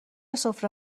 سفره